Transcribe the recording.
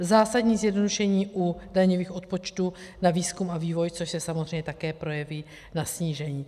Zásadní zjednodušení u daňových odpočtů na výzkum a vývoj, což se samozřejmě také projeví na snížení.